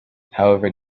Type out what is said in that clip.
however